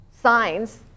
signs